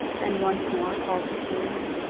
and once more called her julia?